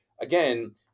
again